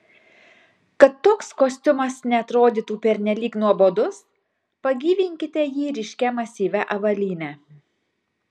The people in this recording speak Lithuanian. kad toks kostiumas neatrodytų pernelyg nuobodus pagyvinkite jį ryškia masyvia avalyne